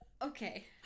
Okay